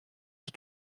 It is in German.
ich